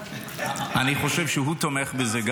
אני חושב שגם הוא תומך בזה.